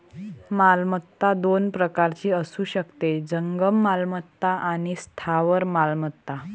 मालमत्ता दोन प्रकारची असू शकते, जंगम मालमत्ता आणि स्थावर मालमत्ता